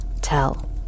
tell